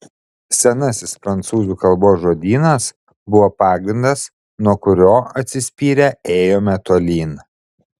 senasis prancūzų kalbos žodynas buvo pagrindas nuo kurio atsispyrę ėjome tolyn